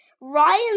Ryan